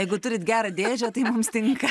jeigu turit gerą dėžę tai mums tinka